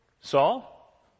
Saul